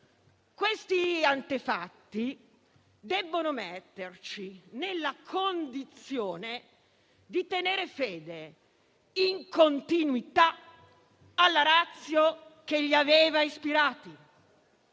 questi antefatti debbono metterci nella condizione di tenere fede in continuità alla *ratio* che li aveva ispirati,